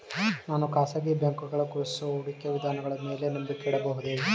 ನಾನು ಖಾಸಗಿ ಬ್ಯಾಂಕುಗಳು ಘೋಷಿಸುವ ಹೂಡಿಕೆ ವಿಧಾನಗಳ ಮೇಲೆ ನಂಬಿಕೆ ಇಡಬಹುದೇ?